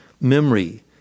memory